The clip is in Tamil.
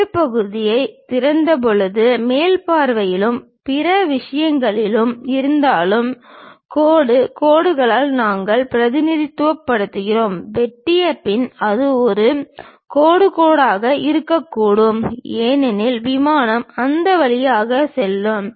வெட்டுப் பகுதியைத் திறந்தபோது மேல் பார்வையிலும் பிற விஷயங்களிலும் இருந்தாலும் கோடு கோடுகளால் நாங்கள் பிரதிநிதித்துவப்படுத்துகிறோம் வெட்டிய பின் அது ஒரு கோடு கோட்டாக இருக்கக்கூடாது ஏனெனில் விமானம் அந்த வழியாக செல்கிறது